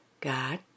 God